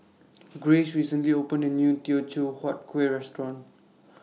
Grace recently opened A New Teochew Huat Kueh Restaurant